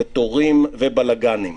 ותורים ובלאגנים.